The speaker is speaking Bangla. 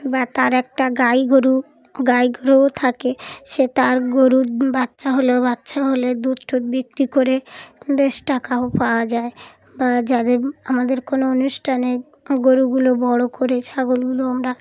বা তার একটা গাই গরু গাই গরুও থাকে সে তার গরুর বাচ্চা হলো বাচ্চা হলে দুধ ঠুদ বিক্রি করে বেশ টাকাও পাওয়া যায় বা যাদের আমাদের কোনো অনুষ্ঠানে গরুগুলো বড় করে ছাগলগুলো আমরা